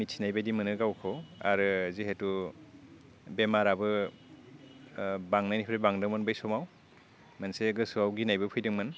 मिथिनाय बायदि मोनो गावखौ आरो जिहेतु बेमाराबो बांनायनिख्रुइ बांदोंमोन बे समाव मोनसे गोसोआव गिनायबो फैदोंमोन